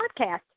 Podcast